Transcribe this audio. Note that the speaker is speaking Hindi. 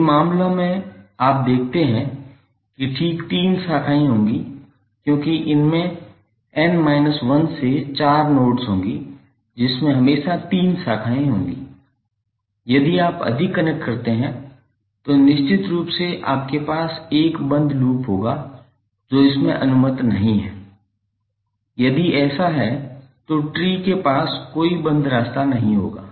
सभी मामलों में यदि आप देखते हैं कि ठीक तीन शाखाएँ होंगी क्योंकि इसमें n 1 से चार नोड्स होगी जिसमें हमेशा तीन शाखाएँ होंगी यदि आप अधिक कनेक्ट करते हैं तो निश्चित रूप से आपके पास एक बंद लूप होगा जो इसमें अनुमत नहीं है यदि ऐसा है तो ट्री के पास कोई बंद रास्ता नहीं होगा